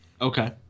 Okay